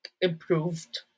improved